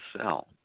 cell